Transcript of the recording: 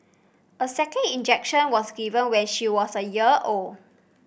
a second injection was given when she was a year old